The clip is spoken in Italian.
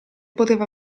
poteva